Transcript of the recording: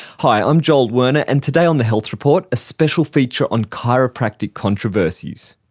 hi, i'm joel werner, and today on the health report a special feature on chiropractic controversies.